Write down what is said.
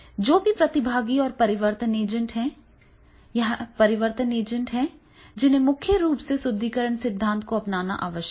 जो भी प्रतिभागी और परिवर्तन एजेंट हैं यह परिवर्तन एजेंट हैं जिन्हें मुख्य रूप से सुदृढीकरण सिद्धांत को अपनाना आवश्यक है